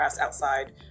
outside